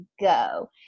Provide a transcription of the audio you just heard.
go